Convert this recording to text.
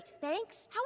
Thanks